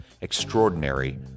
extraordinary